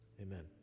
amen